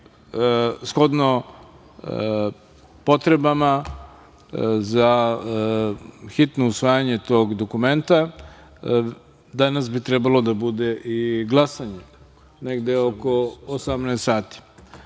shodno potrebama za hitno usvajanje tog dokumenta danas bi trebalo da bude i glasanje, negde oko 18.00